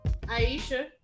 aisha